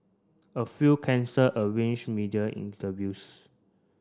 a few cancelled arranged media interviews